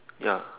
ya